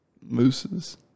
Mooses